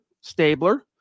Stabler